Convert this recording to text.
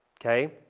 Okay